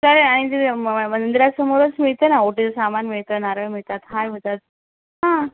चालेल मंदिरासमोरच मिळते ना ओटीचं सामान मिळतं नारळ मिळतात हार मिळतात हा